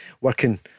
working